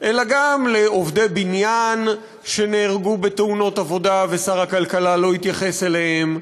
אלא גם לעובדי בניין שנהרגו בתאונות עבודה ושר הכלכלה לא התייחס אליהם,